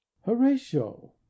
Horatio